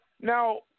Now